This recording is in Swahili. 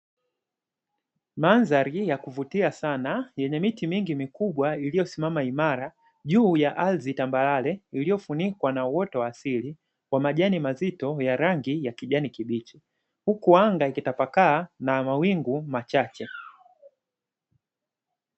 Mandhari ya kuvutia sana yenye miti mingi mikubwa iliyosimama imara juu ya ardhi tambarare iliyofunikwa na uoto wa asili kwa majani mazito ya rangi ya kijani kibichi, huku anga ikitapakaa na mawingu machache.